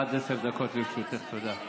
עד עשר דקות לרשותך, תודה.